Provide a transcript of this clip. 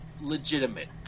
legitimate